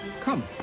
Come